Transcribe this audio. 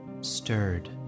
Stirred